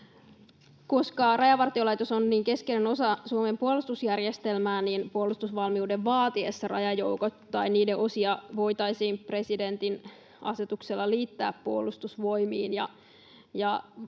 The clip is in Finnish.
Koska Rajavartiolaitos on niin keskeinen osa Suomen puolustusjärjestelmää, puolustusvalmiuden vaatiessa rajajoukot tai niiden osia voitaisiin presidentin asetuksella liittää Puolustusvoimiin.